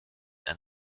ein